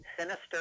sinister